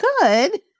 good